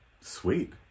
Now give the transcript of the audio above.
Sweet